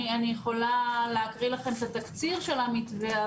אני יכולה להקריא לכם את התקציר של המתווה,